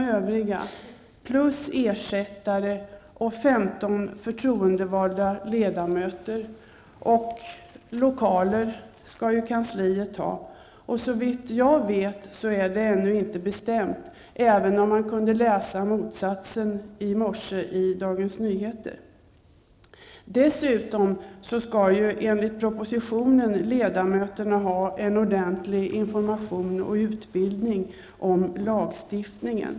Därtill kommer ersättare och 15 förtroendevalda ledamöter. Vidare skall kansliet ha lokaler. Såvitt jag vet är det här ännu inte bestämt, även om man i morse i Dagens Nyheter kunde läsa om motsatsen. Dessutom skall ledamöterna enligt propositionen ha ordentlig information och utbildning om lagstiftningen.